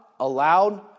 allowed